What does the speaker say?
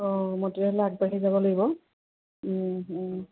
অঁ মই তেতিয়াহ'লে আগবাঢ়ি যাব লাগিব